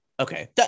Okay